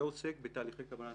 זה עוסק בתהליך קבלת